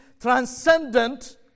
transcendent